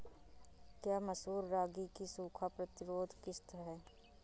क्या मसूर रागी की सूखा प्रतिरोध किश्त है?